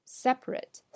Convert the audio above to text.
separate